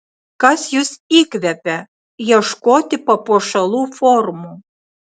kas jus įkvepia ieškoti papuošalų formų